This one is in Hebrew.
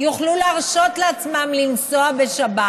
יוכלו להרשות לעצמם לנסוע בשבת?